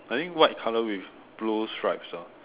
I think white color with blue strips ah